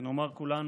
ונאמר כולנו,